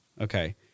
okay